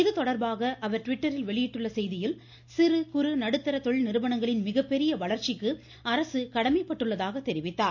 இதுதொடர்பாக அவர் டிவிட்டரில் வெளியிட்டுள்ள செயதியில் சிறு குறு நடுத்தர தொழில் நிறுவனங்களின் மிகப்பெரிய வளர்ச்சிக்கு அரசு கடமைப்பட்டுள்ளதாக தெரிவித்துள்ளார்